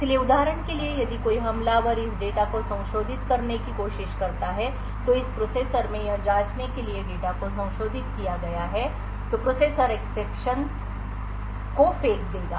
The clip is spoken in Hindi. इसलिए उदाहरण के लिए यदि कोई हमलावर इस डेटा को संशोधित करने की कोशिश करता है तो इस प्रोसेसर में यह जांचने के लिए कि डेटा को संशोधित किया गया है और तो प्रोसेसर एक्सेप्शनअपवाद को फेंक देगा